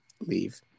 leave